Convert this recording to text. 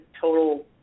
total